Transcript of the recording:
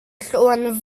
från